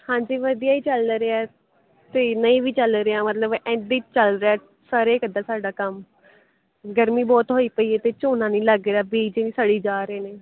ਹਾਂਜੀ ਵਧੀਆ ਹੀ ਚੱਲ ਰਿਹਾ ਅਤੇ ਨਹੀਂ ਵੀ ਚੱਲ ਰਿਹਾ ਮਤਲਬ ਐਦਾਂ ਹੀ ਚੱਲ ਰਿਹਾ ਸਰਿਆ ਹੀ ਕਰਦਾ ਸਾਡਾ ਕੰਮ ਗਰਮੀ ਬਹੁਤ ਹੋਈ ਪਈ ਹੈ ਅਤੇ ਝੋਨਾ ਨਹੀਂ ਲੱਗ ਰਿਹਾ ਬੀਜ ਵੀ ਸੜੀ ਜਾ ਰਹੇ ਨੇ